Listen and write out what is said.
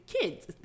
kids